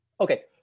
Okay